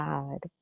God